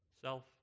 self